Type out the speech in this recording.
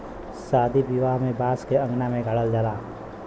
सादी बियाह में बांस के अंगना में गाड़ल जाला